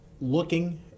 looking